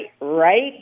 right